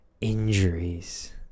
injuries